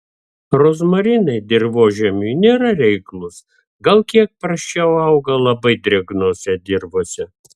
rozmarinai dirvožemiui nėra reiklūs gal kiek prasčiau auga labai drėgnose dirvose